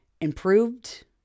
improved